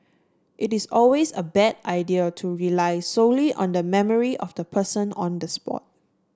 it is always a bad idea to rely solely on the memory of the person on the spot